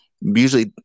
Usually